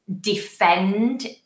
defend